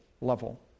level